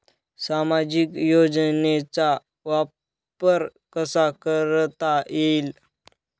सामाजिक योजनेचा वापर कसा करता येईल?